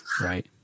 Right